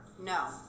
no